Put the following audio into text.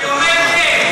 אני אומר כן.